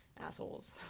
assholes